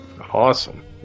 Awesome